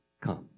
come